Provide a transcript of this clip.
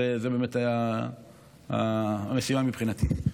זו הייתה המשימה, מבחינתי.